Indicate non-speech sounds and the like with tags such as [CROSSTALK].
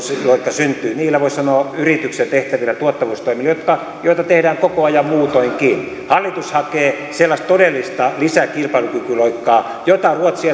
syntyy niillä voisi sanoa yrityksessä tehtävillä tuottavuustoimilla joita tehdään koko ajan muutoinkin hallitus hakee sellaista todellista lisäkilpailukykyloikkaa jota ruotsi [UNINTELLIGIBLE]